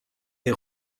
est